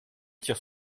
tire